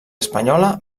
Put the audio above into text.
espanyola